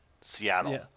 Seattle